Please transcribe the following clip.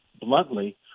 bluntly